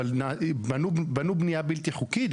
בנו בנייה בלתי חוקית,